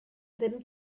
ddim